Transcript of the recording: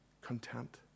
content